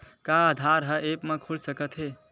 का आधार ह ऐप म खुल सकत हे?